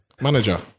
manager